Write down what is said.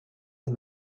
and